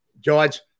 George